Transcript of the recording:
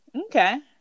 okay